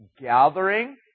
gathering